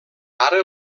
ara